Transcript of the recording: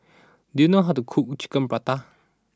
do you know how to cook Chicken Pasta